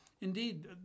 indeed